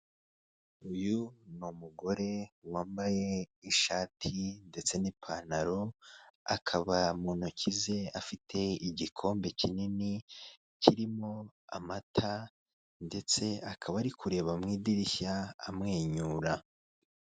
Uyu ni umugore wambaye ishati ndetse n'ipantaro, akaba mu ntoki ze afite igikombe kinini kirimo amata ndetse akaba ari kureba mu idirishya amwenyura.